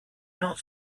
not